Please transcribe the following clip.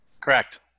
correct